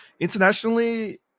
Internationally